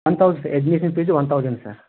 one thousand admission fee one thousand sir